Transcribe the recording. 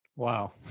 wow.